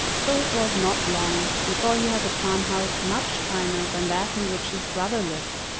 so it was not long before he had a farmhouse much finer than that in which his brother lived,